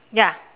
ya